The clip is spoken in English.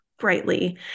brightly